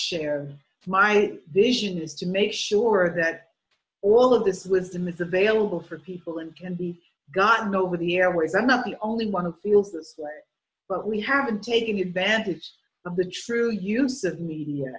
share my vision is to make sure that all of this wisdom is available for people and can be gotten over the airwaves and not the only one who feels this way but we have been taking advantage of the true use of media